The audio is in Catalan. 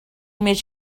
més